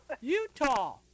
Utah